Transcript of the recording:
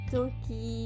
Turkey